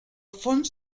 fons